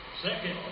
Second